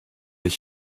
ich